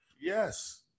Yes